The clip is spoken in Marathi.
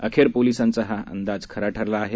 अखेर पोलिसांचा हा अंदाज खरा ठरला आहे